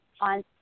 on